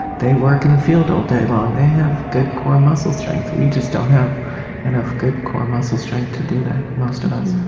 they work in the field all day long. they have good core muscle strength. we just don't have enough good core muscle strength to do that, most of us.